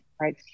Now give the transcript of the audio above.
right